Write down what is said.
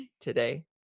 today